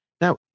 Now